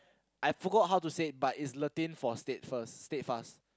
I forgot how to say it but it's Latin for steadfast steadfast